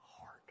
heart